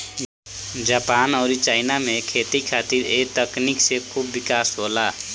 Japan अउरी China में खेती खातिर ए तकनीक से खूब विकास होला